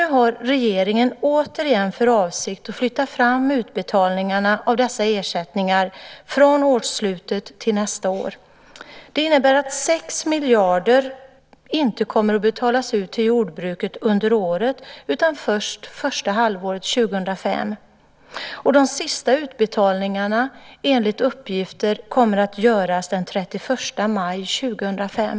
Nu har regeringen återigen för avsikt att flytta fram utbetalningarna av dessa ersättningar från årsslutet till nästa år. Det innebär att 6 miljarder inte kommer att betalas ut till jordbruket under året utan först under första halvåret 2005. De sista utbetalningarna kommer, enligt uppgift, att göras den 31 maj 2005.